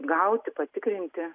gauti patikrinti